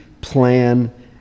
plan